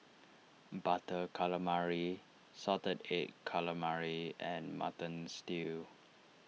Butter Calamari Salted Egg Calamari and Mutton Stew